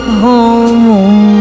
home